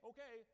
Okay